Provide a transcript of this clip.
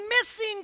missing